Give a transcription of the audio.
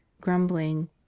grumbling